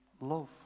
love